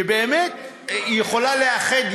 שבאמת יכולה לאחד,